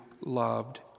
loved